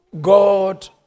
God